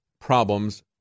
problems